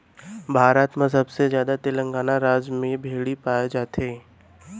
भारत म सबले जादा तेलंगाना राज म भेड़ी पाए जाथे